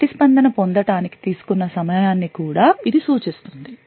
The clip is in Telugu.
ప్రతిస్పందన పొందటానికి తీసుకున్న సమయాన్ని కూడా ఇది సూచిస్తుంది